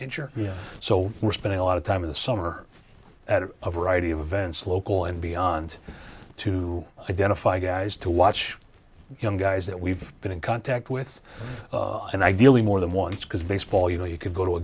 so we're spending a lot of time in the summer at a variety of events local and beyond to identify guys to watch young guys that we've been in contact with and ideally more than once because baseball you know you could go to a